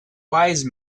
wise